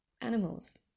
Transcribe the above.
animals